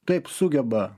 taip sugeba